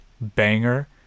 banger